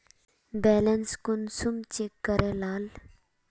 Balance कुंसम check करे लाल?